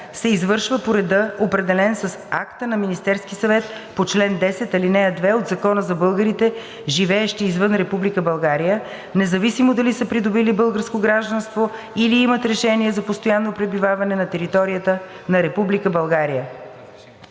се извършва по реда, определен с акта на Министерския съвет по чл. 10, ал. 2 от Закона за българите, живеещи извън Република България, независимо дали са придобили българско гражданство, или имат разрешение за постоянно пребиваване на територията на Република България.“